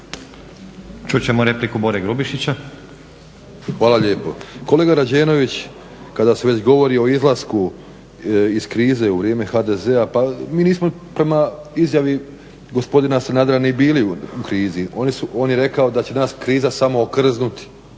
**Grubišić, Boro (HDSSB)** Hvala lijepo. Kolega Rađenović, kada se već govori o izlasku iz krize u vrijeme HDZ-a pa mi nismo pa prema izjavi gospodina Sanadera ni bili u krizi. On je rekao da će nas kriza samo okrznuti,